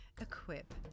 equip